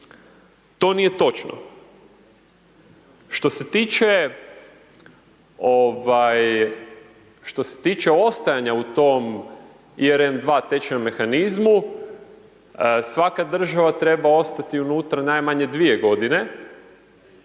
se tiče, ovaj, što se tiče ostajanja u tom ERM 2 tečajnom mehanizmu, svaka država treba ostati unutra najmanje dvije godine,